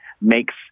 makes